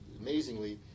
amazingly